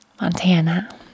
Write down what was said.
Montana